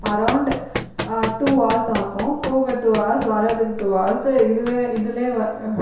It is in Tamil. அரௌண்ட் டூ ஹார்ஸ் ஆகும் போக டூ ஹார்ஸ் வர்கிறதுக்கு டூ ஹார்ஸ் இதுவே இதில்